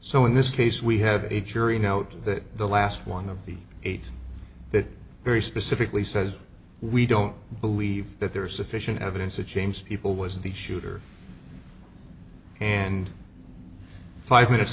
so in this case we have a jury note that the last one of the eight that very specifically says we don't believe that there is sufficient evidence to change people was the shooter and five minutes